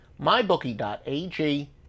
mybookie.ag